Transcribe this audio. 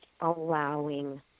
allowing